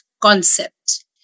concept